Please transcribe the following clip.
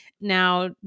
Now